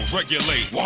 regulate